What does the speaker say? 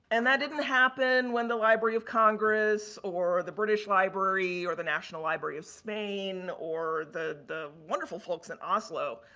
and, that didn't happen when the library of congress or the british library or the national library of spain or the the wonderful folks at oslo,